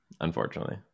unfortunately